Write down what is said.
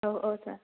औ औ सार